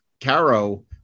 Caro